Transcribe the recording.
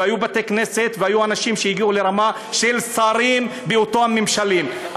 והיו בתי-כנסת והיו אנשים שהגיעו לרמה של שרים באותם הממשלים.